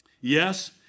Yes